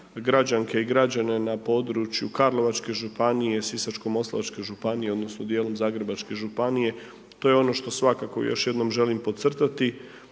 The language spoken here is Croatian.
građanke i građane na području Karlovačke županije, Sisačko-moslavačke županije odnosno dijelom Zagrebačke županije to je ono što svakako još jednom želim podcrtati.